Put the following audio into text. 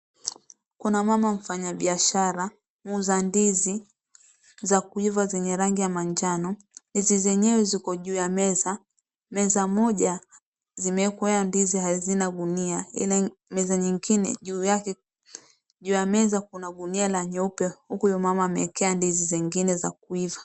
Kuna mama mfanyabiashara, muuza ndizi za kuiva zenye rangi ya manjano. Ndizi zenyewe ziko juu ya meza. Meza moja zimewekwea ndizi hazina gunia, ile meza nyingine juu yake, juu ya meza kuna gunia la nyeupe huku huyu mama amewekea ndizi zingine za kuiva.